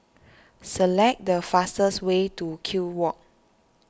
select the fastest way to Kew Walk